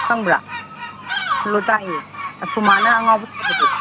ꯈꯪꯕ꯭ꯔꯥ ꯍꯜꯂꯣ ꯇꯥꯏꯌꯦ ꯑ ꯁꯣꯃꯥꯅ ꯑꯉꯥꯎꯕ ꯁꯥꯕꯗꯣ